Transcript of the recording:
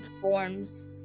forms